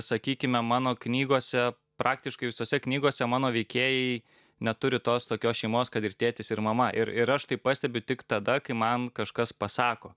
sakykime mano knygose praktiškai visose knygose mano veikėjai neturi tos tokios šeimos kad ir tėtis ir mama ir ir aš tai pastebiu tik tada kai man kažkas pasako